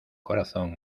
corazón